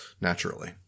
naturally